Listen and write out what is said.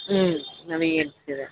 മ്മ് നവീകരിച്ചത്